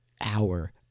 hour